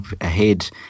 ahead